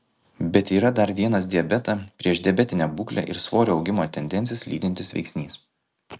bet yra dar vienas diabetą priešdiabetinę būklę ir svorio augimo tendencijas lydintis veiksnys